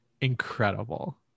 Incredible